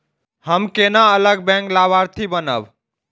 हम केना अलग बैंक लाभार्थी बनब?